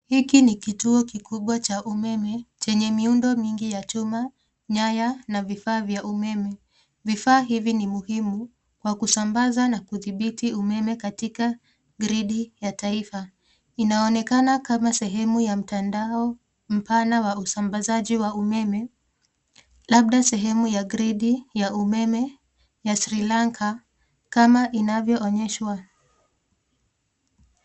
Hiki ni kituo kikubwa cha umeme chenye miundo mingi ya chuma nyaya na vifaa vya umeme, vifaa hivi ni muhimu kwa kusambaza na kudhibiti umeme katika gredi ya taifa inaonekana kama sehemu ya mtandao mpana wa usambazaji wa umeme labda sehemu ya gradi ya umeme ya sri lanka kama inavyoonyeshwa